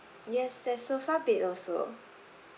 yes there's sofa bed also